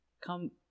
come